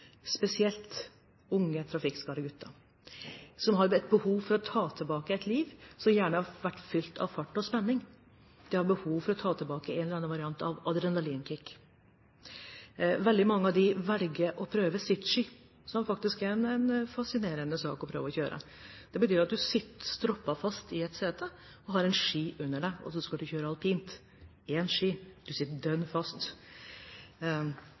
som har behov for å ta tilbake et liv som gjerne har vært fylt av fart og spenning. De har behov for å ta tilbake en eller annen variant av adrenalinkick. Veldig mange av dem velger å prøve «sit-ski», som faktisk er en fascinerende sak å prøve å kjøre. Det betyr at du sitter stroppet fast i et sete og har en ski under deg, og så skal du kjøre alpint – én ski, du sitter dønn fast.